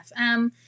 FM